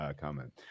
comment